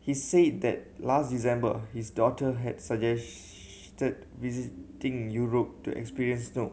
he said that last December his daughter had suggested visiting Europe to experience snow